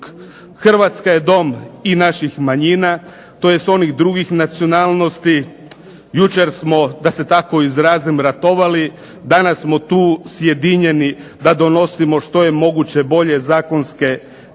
Hrvatska je dom i naših manjina, tj. onih drugih nacionalnosti. Jučer smo da se tako izrazim ratovali, danas smo tu sjedinjeni da donosimo što je moguće bolje zakonske